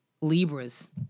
Libras